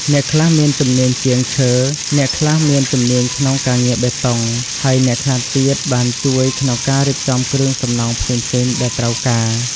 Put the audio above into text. អ្នកខ្លះមានជំនាញជាងឈើ អ្នកខ្លះមានជំនាញក្នុងការងារបេតុង ហើយអ្នកខ្លះទៀតបានជួយក្នុងការរៀបចំគ្រឿងសំណង់ផ្សេងៗដែលត្រូវការ។